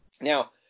Now